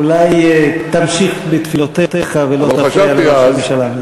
אולי תמשיך בתפילותיך ולא תפריע לראש הממשלה.